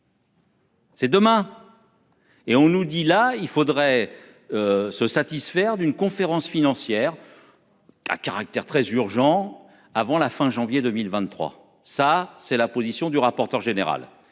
C'est demain. Et on nous dit là il faudrait. Se satisfaire d'une conférence financière. À caractère très urgent avant la fin janvier 2023. Ça c'est la position du rapporteur général